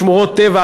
שמורות טבע,